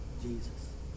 Jesus